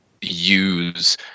use